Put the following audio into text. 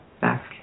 back